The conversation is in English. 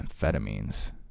amphetamines